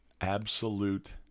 Absolute